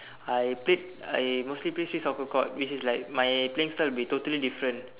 I played I mostly played street soccer court which is like my playing style would be totally different